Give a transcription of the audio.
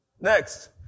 Next